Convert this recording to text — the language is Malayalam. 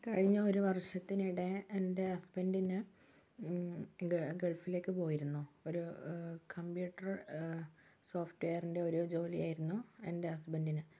കഴിഞ്ഞ ഒരു വർഷത്തിനിടെ എൻ്റെ ഹസ്ബൻഡിന് ഉം ഗ ഗൾഫിലേക്ക് പോയിരുന്നു ഒര് കമ്പ്യൂട്ടറ് ഏ സോഫ്റ്റ്വെയറിൻ്റെ ഒരു ജോലിയായിരുന്നു എൻ്റെ ഹസ്ബൻൻ്റിന്